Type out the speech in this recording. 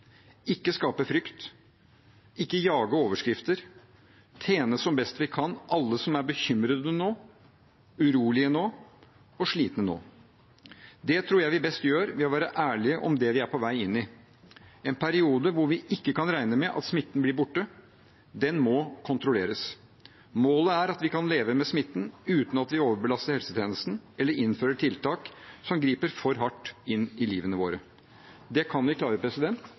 ikke skape frykt, ikke jage overskrifter, men tjene som best vi kan alle de som er bekymrede nå, urolige nå og slitne nå. Det tror jeg vi best gjør ved å være ærlige om det vi er på vei inn i – en periode hvor vi ikke kan regne med at smitten blir borte. Den må kontrolleres. Målet er at vi kan leve med smitten uten at vi overbelaster helsetjenesten eller innfører tiltak som griper for hardt inn i livene våre. Det kan vi klare